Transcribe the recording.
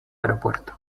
aeropuerto